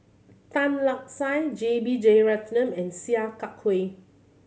Tan Lark Sye J B Jeyaretnam and Sia Kah Hui